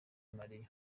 mariya